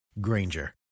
Granger